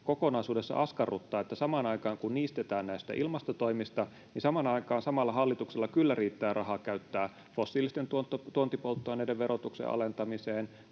kokonaisuudessa askarruttaa, on, että samaan aikaan, kun niistetään näistä ilmastotoimista, samalla hallituksella kyllä riittää rahaa käyttää fossiilisten tuontipolttoaineiden verotuksen alentamiseen,